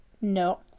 No